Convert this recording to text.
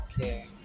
okay